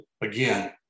again